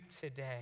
today